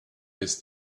his